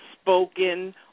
spoken